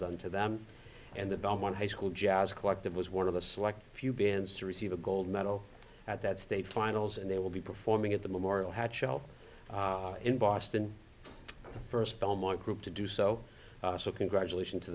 done to them and the bum one high school jazz collective was one of the select few bands to receive a gold medal at that state finals and they will be performing at the memorial had show in boston the first belmont group to do so so congratulations to